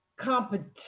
competition